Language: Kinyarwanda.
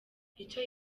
icyo